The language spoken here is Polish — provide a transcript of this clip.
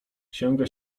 sięga